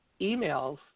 emails